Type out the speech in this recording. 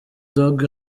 dogg